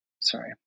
sorry